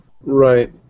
Right